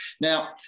Now